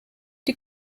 die